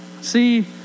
See